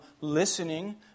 listening